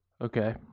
Okay